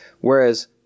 Whereas